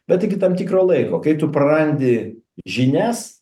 bet iki tam tikro laiko kai tu prarandi žinias